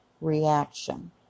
reaction